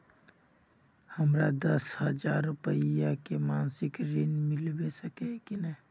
हमरा दस हजार रुपया के मासिक ऋण मिलबे सके है की?